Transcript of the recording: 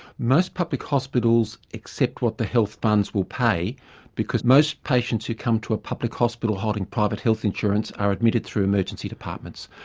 most public hospitals accept what the health funds will pay because most patients who come to a public hospital holding private health insurance are admitted through emergency departments.